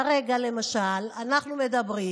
כרגע למשל אנחנו מדברים,